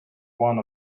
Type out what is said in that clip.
one